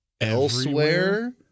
elsewhere